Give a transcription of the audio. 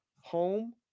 Home